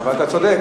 אתה צודק,